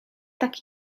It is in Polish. tak